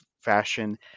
fashion